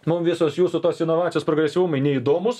mum visos jūsų tos inovacijos progresyvumui neįdomūs